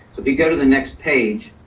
if you go to the next page,